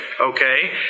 okay